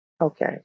Okay